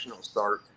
start